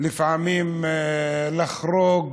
לפעמים לחרוג